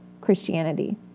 Christianity